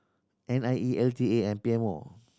N I E L T A and P M O